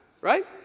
right